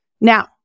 Now